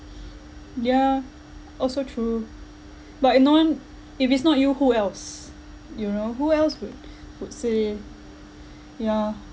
yeah also true but if non if it's not you who else you know who else would would say yeah